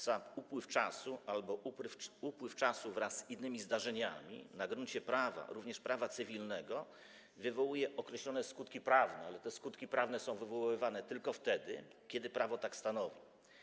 Sam upływ czasu albo upływ czasu wraz z innymi zdarzeniami na gruncie prawa, również prawa cywilnego, wywołuje określone skutki prawne, ale te skutki prawne są wywoływane tylko wtedy, kiedy prawo tak stanowi.